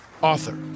author